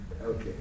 Okay